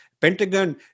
Pentagon